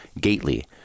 Gately